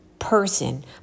person